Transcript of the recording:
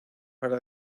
para